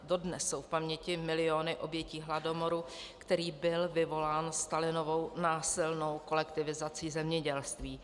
Dodnes jsou v paměti miliony obětí hladomoru, který byl vyvolán Stalinovou násilnou kolektivizací zemědělství.